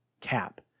cap